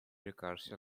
recarsi